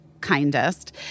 kindest